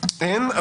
אין שינוי.